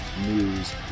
News